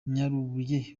nyarubuye